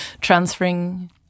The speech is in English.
transferring